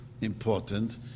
important